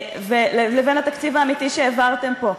לבין התקציב האמיתי שהעברתם פה.